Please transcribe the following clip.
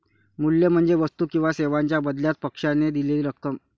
मूल्य म्हणजे वस्तू किंवा सेवांच्या बदल्यात पक्षाने दिलेली रक्कम